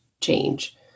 change